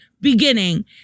beginning